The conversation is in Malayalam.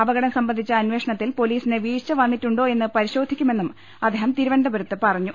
അപകടം സംബന്ധിച്ച അന്വേഷണത്തിൽ പൊലീസിന് വീഴ്ച വന്നിട്ടുണ്ടോയെന്ന് പരിശോധിക്കുമെന്നും അദ്ദേഹം തിരു വനന്തപുരത്ത് പറഞ്ഞു